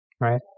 right